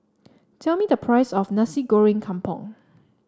tell me the price of Nasi Goreng Kampung